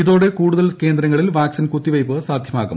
ഇത്രോടെ കൂടുതൽ കേന്ദ്രങ്ങളിൽ വാക്സിൻ കുത്തിവയ്പ്പ് സാധ്യമീക്കും